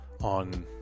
on